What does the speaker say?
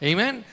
Amen